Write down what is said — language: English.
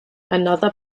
another